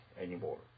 anymore